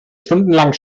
stundenlang